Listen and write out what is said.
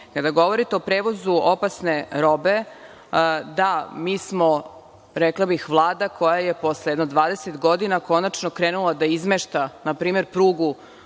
loše. Kada govorite o prevozu opasne robe, da, mi smo, rekla bih, Vlada koja je posle jedno 20 godina konačno krenula da izmešta npr. prugu